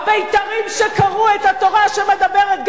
הבית"רים שקראו את התורה שמדברת,